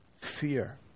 fear